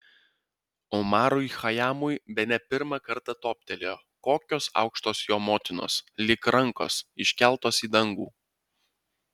omarui chajamui bene pirmą kartą toptelėjo kokios aukštos jo motinos lyg rankos iškeltos į dangų